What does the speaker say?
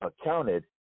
accounted